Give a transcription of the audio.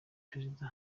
perezida